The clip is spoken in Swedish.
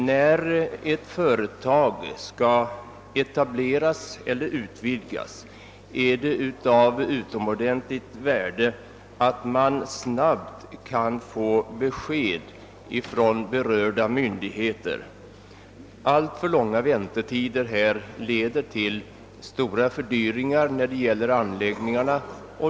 När ett företag skall etableras eller utvidgas, är det av utomordentligt värde att man snabbt kan få besked från berörda myndigheter. Alltför långa väntetider leder till stora fördyringar när det gäller anlägningarna.